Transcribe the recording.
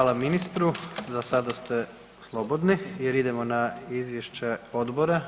Hvala ministru, za sada ste slobodni jer idemo na izvješće odbora.